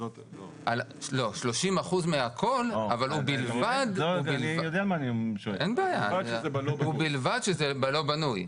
לא, 30% מהכול אבל ובלבד שזה לא בנוי.